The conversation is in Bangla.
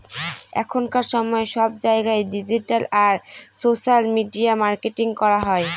এখনকার সময়ে সব জায়গায় ডিজিটাল আর সোশ্যাল মিডিয়া মার্কেটিং করা হয়